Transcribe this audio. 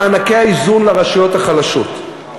במענקי האיזון לרשויות החלשות.